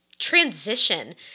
transition